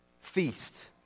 feast